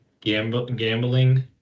gambling